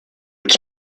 its